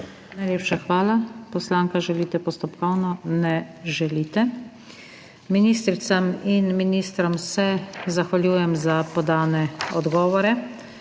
Najlepša hvala. Poslanka, želite postopkovno? Ne želite. Ministricam in ministrom se zahvaljujem za podane odgovore.